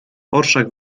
orszak